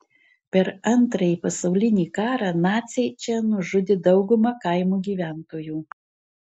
per antrąjį pasaulinį karą naciai čia nužudė daugumą kaimo gyventojų